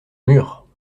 murs